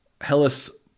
hellas